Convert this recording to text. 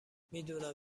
میدونم